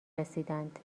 رسیدند